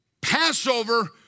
Passover